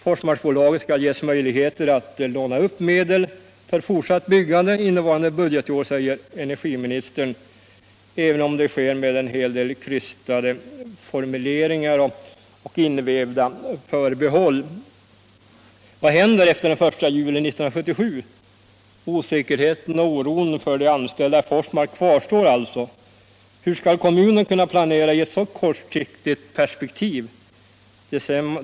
Forsmarksbolaget skall ges möjligheter att låna upp medel för fortsatt byggande innevarande budgetår, säger energiministern, även om det sker med en hel del krystade formuleringar och invävda förbehåll. Men hur blir det sedan? Vad händer efter den 1 juli 1977? Osäkerheten och oron för de anställda i Forsmark kvarstår alltså. Hur skall kommunen kunna planera i ett så kortsiktigt perspektiv?